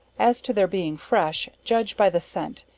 as to their being fresh, judge by the scent,